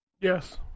Yes